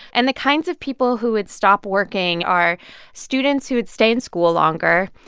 and the kinds of people who would stop working are students who would stay in school longer,